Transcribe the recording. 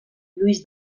lluís